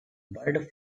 bird